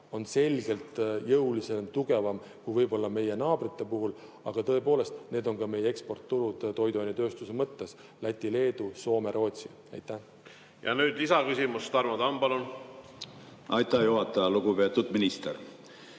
on selgelt jõulisem ja tugevam kui võib-olla meie naabrite puhul. Aga tõepoolest, need on ka meie eksportturud toiduainetööstuse mõttes: Läti, Leedu, Soome, Rootsi. Nüüd lisaküsimus, Tarmo Tamm, palun! Aitäh, juhataja! Lugupeetud minister!